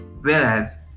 Whereas